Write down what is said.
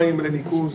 היום לדוגמה,